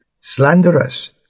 slanderous